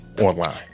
online